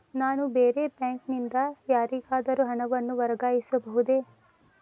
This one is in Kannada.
ನಾನು ಬೇರೆ ಬ್ಯಾಂಕ್ ನಿಂದ ಯಾರಿಗಾದರೂ ಹಣವನ್ನು ವರ್ಗಾಯಿಸಬಹುದೇ?